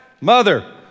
mother